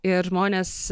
ir žmonės